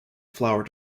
flower